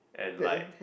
and like